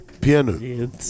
Piano